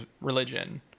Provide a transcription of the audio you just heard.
religion